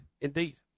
Indeed